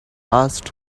asked